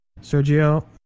Sergio